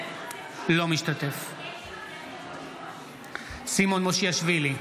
אינו משתתף בהצבעה סימון מושיאשוילי,